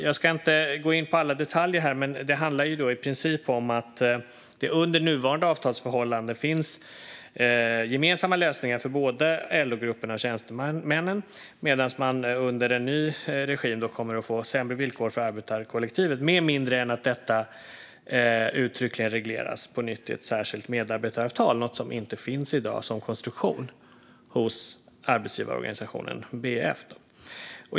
Jag ska inte gå in på alla detaljer här, men det handlar i princip om att det under nuvarande avtalsförhållande finns gemensamma lösningar för både LO-grupperna och tjänstemännen, medan man under en ny regim kommer att få sämre villkor för arbetarkollektivet - om inte detta uttryckligen regleras på nytt i ett särskilt medarbetaravtal, något som inte finns i dag som konstruktion hos arbetsgivarorganisationen, BF.